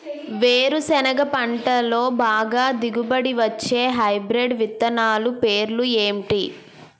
వేరుసెనగ పంటలో బాగా దిగుబడి వచ్చే హైబ్రిడ్ విత్తనాలు పేర్లు ఏంటి?